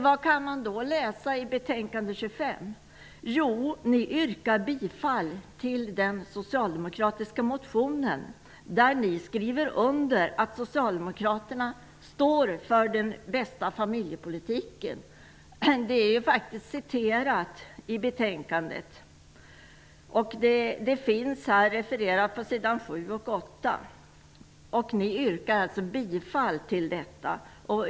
Vad kan man då läsa i betänkande 25? Jo, ni yrkar bifall till den socialdemokratiska motionen. Ni skriver under på att Socialdemokraterna står för den bästa familjepolitiken. Det är faktiskt citerat i betänkandet. Det finns refererat på s. 7 och 8. Ni yrkar alltså bifall till detta.